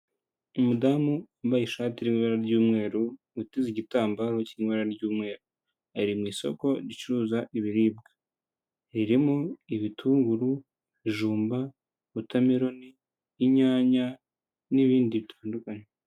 Umudamu wambaye ishati'bara ry'umweru uteze igitambaro cyiri mu ibara ry'umweru. ari mu isoko ricuruza ibiribwa ririmo ibitunguru jumba ubutamelon'inyanya n'ibindi bitandukanye.